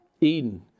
Eden